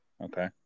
Okay